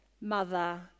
mother